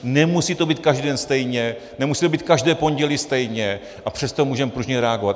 Nemusí to být každý den stejně, nemusí to být každé pondělí stejně, a přesto můžeme pružně reagovat.